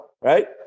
right